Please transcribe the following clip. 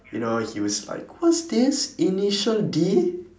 you know he was like what's this initial D